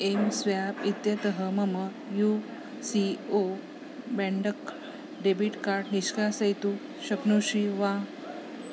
एं स्वाप् इत्यतः मम U C O bank debit card निष्कासयितुं शक्नोषि वा